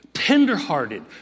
tenderhearted